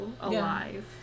alive